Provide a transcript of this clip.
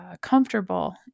comfortable